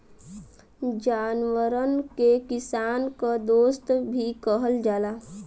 जानवरन के किसान क दोस्त भी कहल जाला